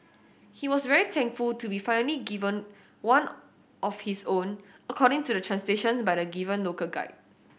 he was very thankful to be finally given one of his own according to translation by the given local guide